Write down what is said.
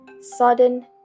sudden